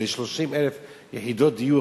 ל-30,000 יחידות דיור,